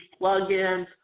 plugins